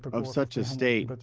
but of such a state but